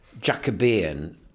Jacobean